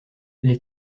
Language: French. les